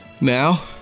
Now